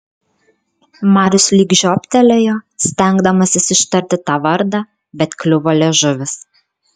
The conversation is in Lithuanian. marius lyg žioptelėjo stengdamasis ištarti tą vardą bet kliuvo liežuvis